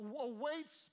awaits